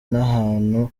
n’ahantu